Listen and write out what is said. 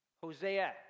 Hosea